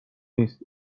نیست